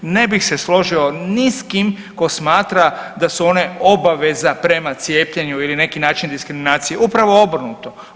Ne bih se složio ni s kim ko smatra da su one obaveza prema cijepljenju ili neki način diskriminacija, upravo obrnuto.